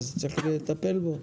צריך לטפל בו.